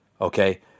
okay